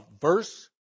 verse